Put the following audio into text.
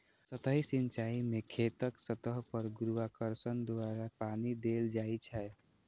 सतही सिंचाइ मे खेतक सतह पर गुरुत्वाकर्षण द्वारा पानि देल जाइ छै